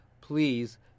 please